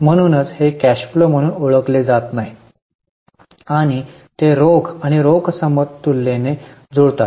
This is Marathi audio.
म्हणूनच हे कॅश फ्लो म्हणून ओळखले जात नाहीत आणि ते रोख आणि रोख समतुल्यतेने जुळतात